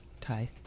Ty